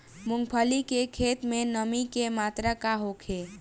मूँगफली के खेत में नमी के मात्रा का होखे?